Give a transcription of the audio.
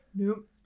nope